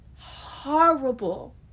horrible